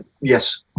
yes